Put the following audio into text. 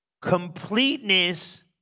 Completeness